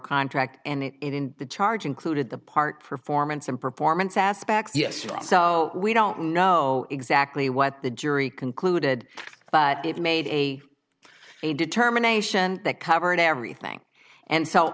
contract and it in the charge included the part performance and performance aspects yes so we don't know exactly what the jury concluded but it made a determination that covered everything and so